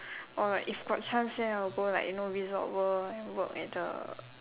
or like if got chance then I'll go like you know Resort World work at the